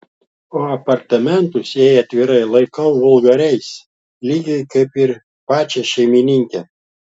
o apartamentus jei atvirai laikau vulgariais lygiai kaip ir pačią šeimininkę